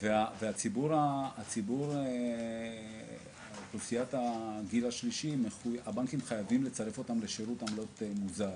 והבנקים מחויבים לצרף את אוכלוסיית הגיל השלישי לשירות עמלות מוזל.